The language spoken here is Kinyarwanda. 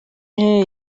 w’intebe